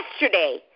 yesterday